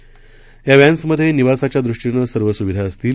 कॅरॅ या व्हॅन्समध्ये निवासाच्यादृष्टीनं सर्वसुविधा असतील